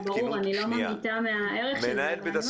חבל, לא שמענו את ההערה שלך, גברתי.